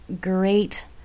great